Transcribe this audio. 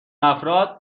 افراد